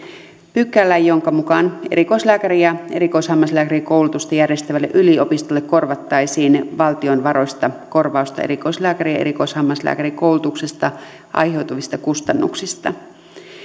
pykälä jonka mukaan erikoislääkäri ja erikoishammaslääkärikoulutusta järjestävälle yliopistolle korvattaisiin valtion varoista korvausta erikoislääkäri ja erikoishammaslääkärikoulutuksesta aiheutuvista kustannuksista